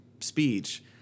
speech